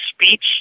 speech